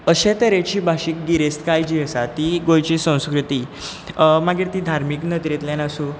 अशे तरेची भाशीक गिरेस्तकाय जी आसा ती गोंयची संस्कृती मागीर ती धार्मीक नदरेंतल्यान आसूं